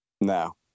No